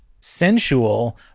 sensual